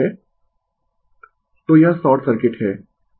Refer Slide Time 0322 तो यह short circuit है